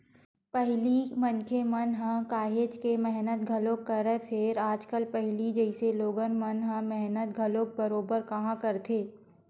पहिली मनखे मन ह काहेच के मेहनत घलोक करय, फेर आजकल पहिली जइसे लोगन मन ह मेहनत घलोक बरोबर काँहा करथे